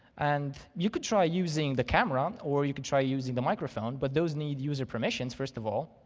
and you could try using the camera or you could try using the microphone, but those need user permissions, first of all,